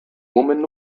woman